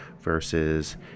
versus